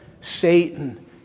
Satan